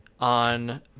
on